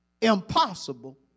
impossible